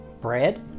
bread